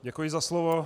Děkuji za slovo.